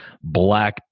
black